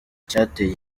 icyateye